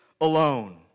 alone